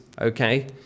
okay